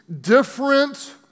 different